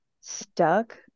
stuck